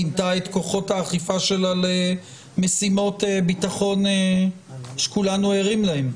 פינתה את כוחות האכיפה שלה למשימות ביטחון שכולנו ערים להן.